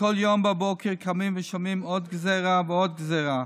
כשכל יום בבוקר קמים ושומעים על עוד גזרה ועוד גזרה,